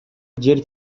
жер